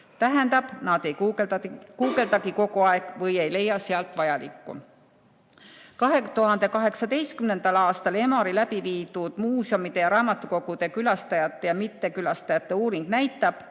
tähendab, nad ei guugeldagi kogu aeg või ei leia sealt vajalikku. 2018. aastal Emori läbi viidud muuseumide ja raamatukogude külastajate ja mittekülastajate uuring näitab,